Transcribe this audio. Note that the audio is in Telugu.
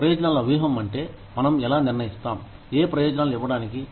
ప్రయోజనాల వ్యూహం అంటే మనం ఎలా నిర్ణయిస్తాం ఏ ప్రయోజనాలు ఇవ్వడానికి